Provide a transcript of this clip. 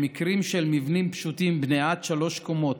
במקרים של מבנים פשוטים בני עד שלוש קומות,